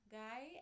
guy